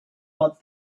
but